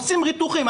עושים ריתוכים.